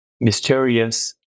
mysterious